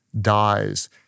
dies